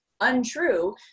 untrue